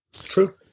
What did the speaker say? True